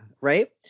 right